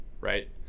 right